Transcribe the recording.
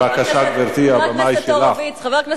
חברי הכנסת,